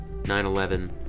9-11